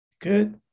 Good